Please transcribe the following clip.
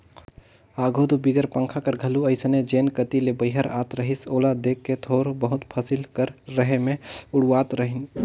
आघु दो बिगर पंखा कर घलो अइसने जेन कती ले बईहर आत रहिस ओला देख के थोर बहुत फसिल कर रहें मे उड़वात रहिन